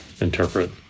interpret